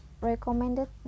recommended